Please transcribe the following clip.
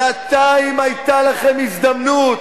שנתיים היתה לכם הזדמנות.